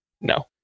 No